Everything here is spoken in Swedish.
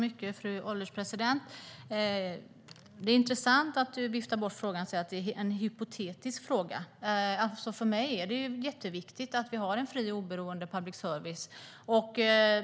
Fru ålderspresident! Det är intressant att Aron Emilsson viftar bort frågan och säger att den är hypotetisk. För mig är det mycket viktigt att ha en fri och oberoende public service.